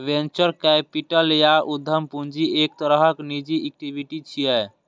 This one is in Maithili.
वेंचर कैपिटल या उद्यम पूंजी एक तरहक निजी इक्विटी छियै